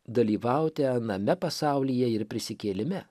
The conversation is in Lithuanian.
dalyvauti aname pasaulyje ir prisikėlime